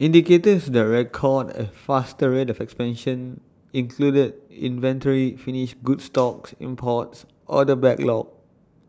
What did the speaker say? indicators that recorded A faster rate of expansion included inventory finished goods stocks imports order backlog